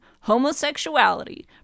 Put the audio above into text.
homosexuality